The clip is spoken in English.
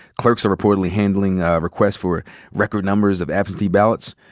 clerks are reportedly handling requests for record numbers of absentee ballots.